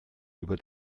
über